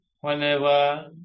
Whenever